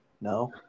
no